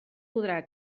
podrà